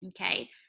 okay